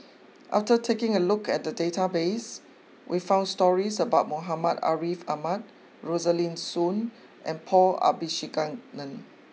after taking a look at the database we found stories about Muhammad Ariff Ahmad Rosaline Soon and Paul Abisheganaden